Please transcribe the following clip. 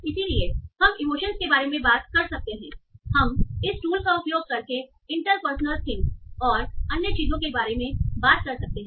इसलिए हम इमोशनस के बारे में बात कर सकते हैंहम इस टूल का उपयोग करके इंटरपर्सनल थिंग्स और अन्य चीजों के बारे में बात कर सकते हैं